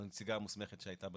הנציגה המוסמכת שהייתה בדיון,